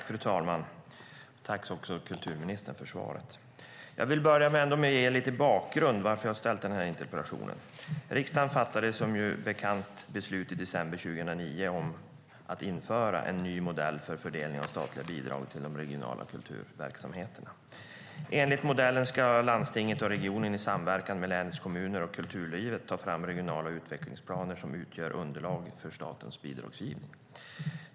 Fru talman! Tack för svaret, kulturministern! Jag vill börja med ett ge en bakgrund till varför jag har ställt den här interpellationen. Som bekant fattade riksdagen i december 2009 beslut om att införa en ny modell för fördelning av statliga bidrag till de regionala kulturverksamheterna. Enligt modellen ska landstinget och regionen i samverkan med länets kommuner och kulturliv ta fram regionala utvecklingsplaner som utgör underlag för statens bidragsgivning.